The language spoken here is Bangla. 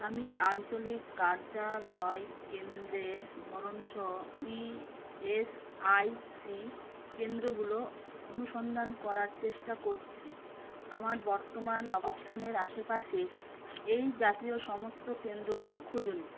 আমি আঞ্চলিক কার্যালয় কেন্দ্রের ধরণসহ ইএসআইসি কেন্দ্রগুলো অনুসন্ধান করার চেষ্টা করছি আমার বর্তমান অবস্থানের আশেপাশে এই জাতীয় সমস্ত কেন্দ্রগুলো খুঁজুন